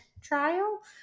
trial